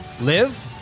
Live